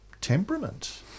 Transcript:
temperament